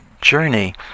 journey